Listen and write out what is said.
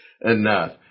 enough